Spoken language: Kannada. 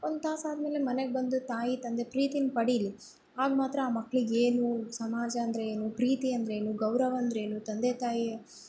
ಒಂದು ತಾಸು ಆದಮೇಲೆ ಮನೆಗೆ ಬಂದು ತಾಯಿ ತಂದೆ ಪ್ರೀತಿನ ಪಡಿಲಿ ಆಗ ಮಾತ್ರ ಆ ಮಕ್ಳಿಗೆ ಏನು ಸಮಾಜ ಅಂದರೇನು ಪ್ರೀತಿ ಅಂದರೇನು ಗೌರವ ಅಂದರೇನು ತಂದೆ ತಾಯಿ